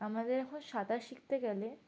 আমাদের এখন সাঁতার শিখতে গেলে